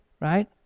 right